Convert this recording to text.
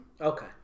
Okay